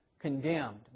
condemned